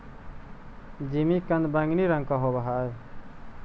जिमीकंद बैंगनी रंग का होव हई